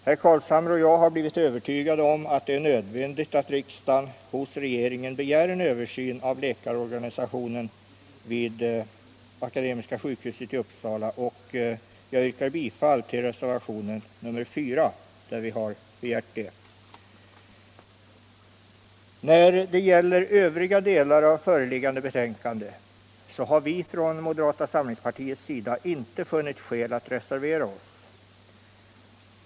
Herr Carlshamre och jag har blivit övertygade om att det är nödvändigt att riksdagen hos regeringen begär en översyn av läkarorganisationen vid Akademiska sjukhuset i Uppsala, och jag yrkar bifall till reservationen 4, där vi har föreslagit detta. I fråga om övriga delar av föreliggande betänkande har vi irån moderata samlingspartiets sida inte funnit skäl att reservera Oss.